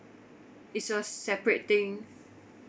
it's a separate thing